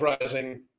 rising